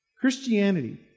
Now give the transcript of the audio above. Christianity